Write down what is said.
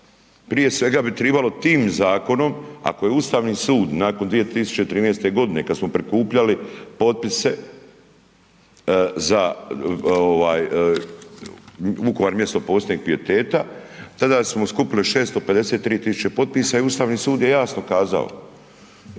prije svega bi trebalo tim zakonom ako je Ustavni sud nakon 2013. godine kada smo prikupljali potpise za Vukovar mjesto posebnog pijeteta tada smo skupili 653 tisuće potpisa i Ustavni sud je jasno kazao